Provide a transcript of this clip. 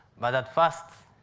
but at first,